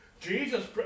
Jesus